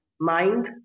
mind